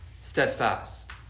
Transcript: steadfast